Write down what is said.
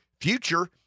future